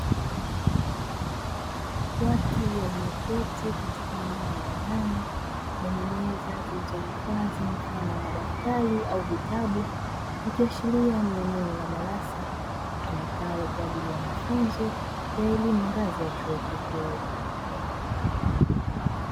Watu walioketi katika eneo la ndani lenye meza zilizohifadhi mfano wa madaftari au vitabu, ikiashiria ni eneo la darasa litumikalo kwa ajili ya mafunzo ya elimu ngazi ya chuo kikuu.